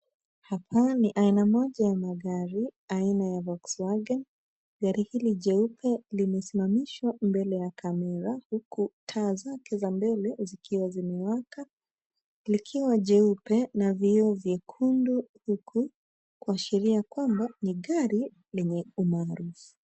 Hapa ni aina moja ya magari aina ya Volkswagen. Gari hili jeupe limesimamishwa mbele ya kamera huku taa zake za mbele zikiwa zimewaka, likiwa jeupe na vioo vyekundu huku kuashiria kuwa ni gari lenye umaarufu.